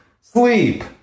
sleep